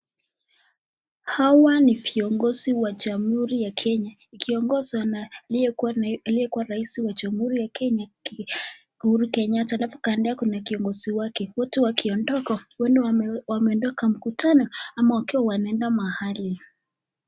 Hawa ni viongozi wa jahuri wa kenya wakiongonzwa na aliyekuwa rais wa jamhuri wa kenya Uhuru Kenyatta. Halafu kando yake kuna kiongozi wake, wote wakiondoka huenda wameondoka mkutano ama wakiwa wanaenda mahali.